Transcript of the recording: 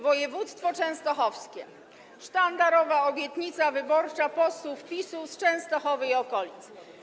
Województwo częstochowskie to sztandarowa obietnica wyborcza posłów PiS-u z Częstochowy i okolic.